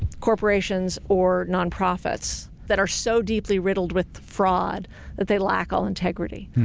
corporations or non-profits that are so deeply riddled with fraud that they lack all integrity.